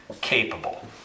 capable